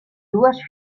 dues